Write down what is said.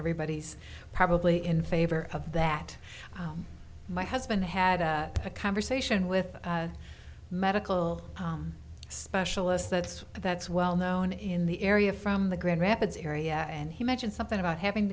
everybody's probably in favor of that my husband had a conversation with a medical specialist that's that's well known in the area from the grand rapids area and he mentioned something about having